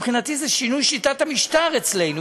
מבחינתי זה שינוי שיטת המשטר אצלנו,